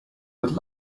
with